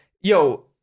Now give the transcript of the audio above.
yo